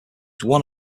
one